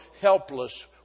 helpless